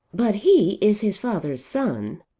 but he is his father's son.